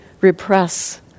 repress